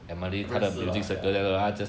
他认识 lah ya